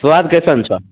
सुआद कइसन छहो